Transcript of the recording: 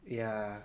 ya